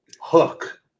Hook